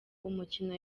umukino